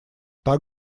так